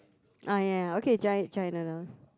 oh ya okay dry dry noodles